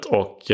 och